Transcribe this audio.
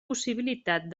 possibilitat